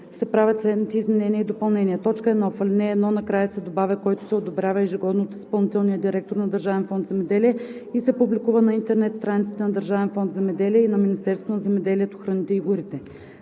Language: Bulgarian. се правят следните изменения и допълнения: 1. В ал. 1 накрая се добавя „който се одобрява ежегодно от изпълнителния директор на Държавен фонд „Земеделие“ и се публикува на интернет страниците на Държавен фонд „Земеделие“ и на Министерството на земеделието, храните и горите“.